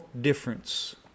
difference